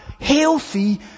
healthy